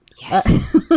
Yes